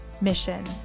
mission